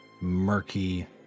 murky